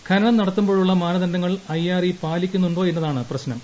ഖനനം നടത്തുമ്പോഴുള്ള മാനദണ്ഡങ്ങൾ ഐ ആർ ഇ പാലി ക്കുന്നുണ്ടോയെന്നതാണ് പ്രശ്നം